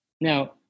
Now